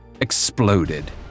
exploded